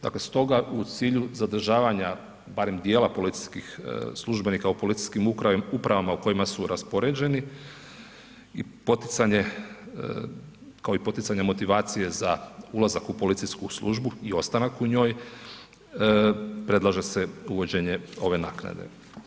Dakle, stoga u cilju zadržavanja barem dijela policijskih službenika u policijskim upravama u kojima su raspoređeni, kao i poticanje motivacije za ulazak u policijsku službu i ostanak u njoj, predlaže se uvođenje ove naknade.